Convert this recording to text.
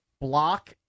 Block